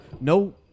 No